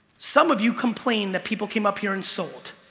some of you complained that people came up here insult,